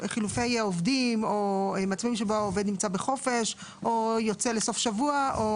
במצבים בהם העובד נמצא בחופש או יוצא לסוף השבוע.